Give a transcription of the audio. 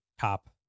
top